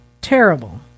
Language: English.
terrible